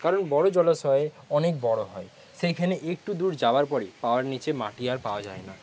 কারণ বড়ো জলাশয়ে অনেক বড়ো হয় সেখানে একটু দূর যাওয়ার পরেই পায়ের নীচে মাটি আর পাওয়া যায় না